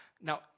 Now